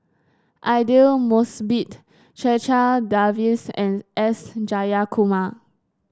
Aidli Mosbit Checha Davies and S Jayakumar